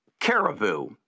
Caribou